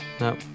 No